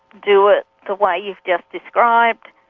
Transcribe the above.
do it the way you've just described,